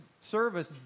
service